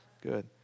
Good